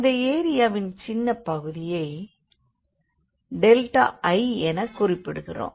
அந்த எரியாவின் சின்னப்பகுதியை டெல்டா i எனக் குறிப்பிடுகிறோம்